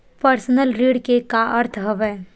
Personal ऋण के का अर्थ हवय?